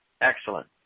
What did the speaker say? Excellent